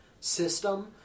system